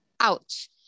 ouch